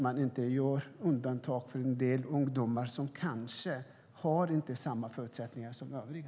Man gör inga undantag för de ungdomar som kanske inte har samma förutsättningar som övriga.